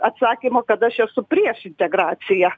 atsakymo kad aš esu prieš integraciją